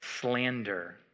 slander